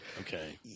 Okay